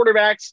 quarterbacks